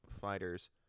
fighters